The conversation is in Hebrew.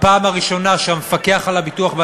בפעם הראשונה שהמפקח על הביטוח,